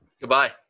Goodbye